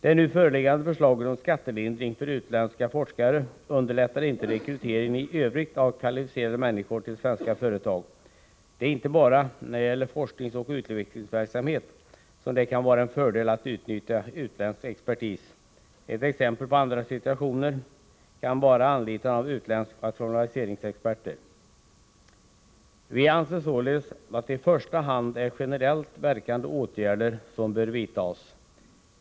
Det nu föreliggande förslaget om skattelindring för utländska forskare underlättar inte rekryteringen i övrigt av kvalificerade människor till svenska företag. Det är inte bara när det gäller forskningsoch utvecklingsverksamhet som det kan vara en fördel att utnyttja utländsk expertis. Ett exempel på andra situationer kan vara anlitandet av utländska rationaliseringsexperter. Vi anser således att det i första hand är generellt verkande åtgärder som bör vidtas.